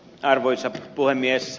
arvoisa puhemies